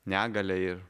negalią ir